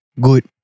good